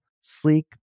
sleek